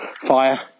fire